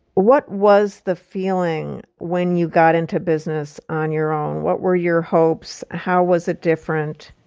what was the feeling when you got into business on your own? what were your hopes? how was it different?